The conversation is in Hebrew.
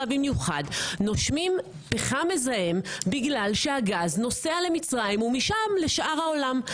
במיוחד נושמים פחם מזהם בגלל שהגז נוסע למצרים ומשם לשאר העולם?